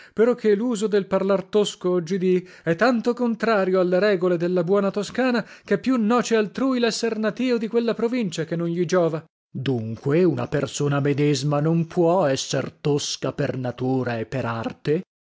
parlar tosco oggidì è tanto contrario alle regole della buona toscana che più noce altrui lesser natio di quella provincia che non gli giova corteg dunque una persona medesma non può esser tosca per natura e per arte